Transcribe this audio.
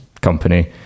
company